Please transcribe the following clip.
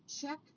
Check